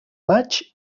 maig